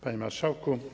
Panie Marszałku!